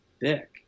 dick